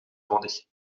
nodig